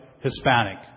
Hispanic